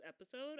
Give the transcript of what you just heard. episode